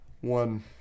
One